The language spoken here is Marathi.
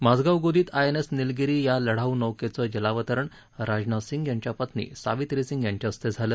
माझगाव गोदीत आयएनएस नीलगिरी या लढाऊ नौकेचं जलावतरण राजनाथ सिंह यांच्या पत्नी सावित्री सिंह यांच्या हस्ते झालं